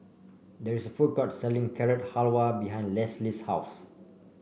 there is a food court selling Carrot Halwa behind Lesley's house